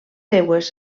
seues